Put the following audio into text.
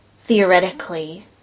theoretically